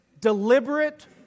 Deliberate